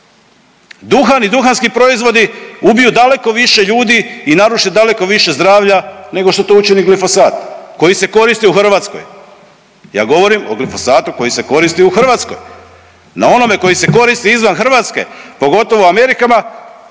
Duhan i duhanski proizvodi ubiju daleko više ljudi i naruše daleko više zdravlja nego što to učini glifosat koji se koristi u Hrvatskoj. Ja govorim o glifosatu koji se koristi u Hrvatskoj. Na onome koji se koristi izvan Hrvatske, pogotovo u Amerikama,